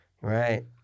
right